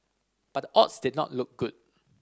but the odds did not look good